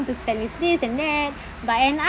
want to spend with this and that but end up